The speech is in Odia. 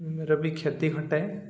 ଆମର ବି କ୍ଷତି ଘଟାଏ